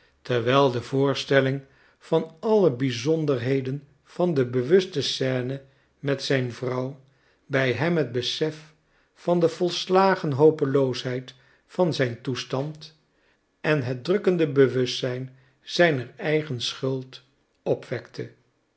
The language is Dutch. terwijl de voorstelling van alle bizonderheden van de bewuste scène met zijn vrouw bij hem het besef van de volslagen hopeloosheid van zijn toestand en het drukkende bewustzijn zijner eigen schuld opwekte